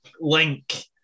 Link